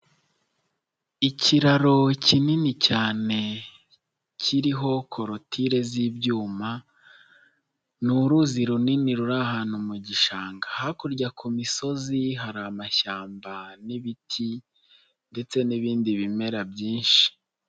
Ikiraro kinini cyane kiriho korotire z'ibyuma, ni uruzi runini ruri ahantu mu gishanga hakurya ku misozi hari amashyamba n'ibiti ndetse n'ibindi bimera byinshi.